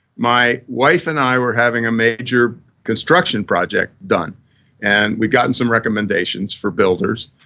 my wife and i were having a major construction project done and we'd gotten some recommendations for builders.